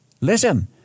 listen